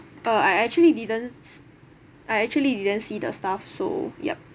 uh I actually didn't I actually didn't see the staff so yup